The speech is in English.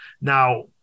Now